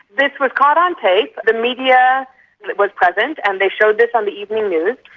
this was caught on tape, the media was present, and they showed this on the evening news.